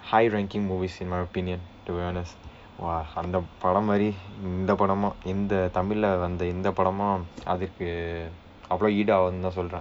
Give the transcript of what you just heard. high ranking movies in my opinion to be honest !wah! அந்த படம் மாதிரி எந்த படமும் எந்த தமிழ வந்த எந்த படமும் அதுக்கு அவ்வளவு ஈடாகாது தான் சொல்றேன்:andtha padam maathiri endtha padamum endtha thamizha vandtha endtha padamum athukku avvalavu iidaakaathu thaan solreen